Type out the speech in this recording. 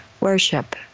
worship